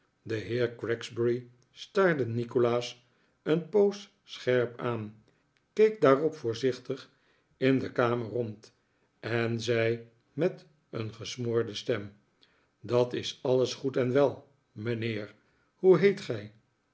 de heer gregsbury staarde nikolaas een poos scherp aan keek daarop voorzichtig in de kamer rond en zei met een gesmoorde stem dat is alles goed en wel mijnheer hoe heet gij